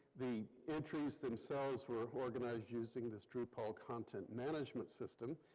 the entries themselves were organized using this drupal content management system,